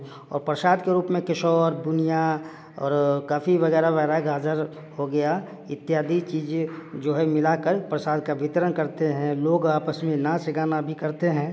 और प्रसाद के रूप में केसौर बुनिया और काफ़ी वगैरह गाजर हो गया इत्यादि चीजें जो है मिलाकर प्रसाद का वितरण करते हैं लोग आपस में नाच गाना भी करते हैं